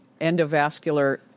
endovascular